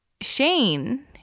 Shane